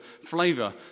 flavor